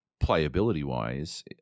playability-wise